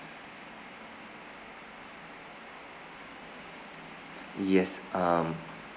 yes um